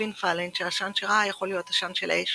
הבין פאלן שהעשן שראה יכול להיות עשן של האש